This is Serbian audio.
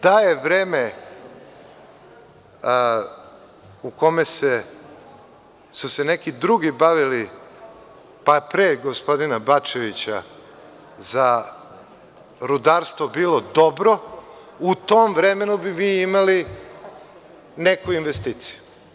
Da je vreme u kome su se neki drugi bavili, pa pre gospodina Bačevića, za rudarstvo bilo dobro, u tom vremenu bi mi imali neku investiciju.